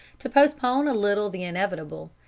to postpone a little the inevitable,